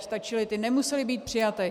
Stačily ty, nemusely být přijaty.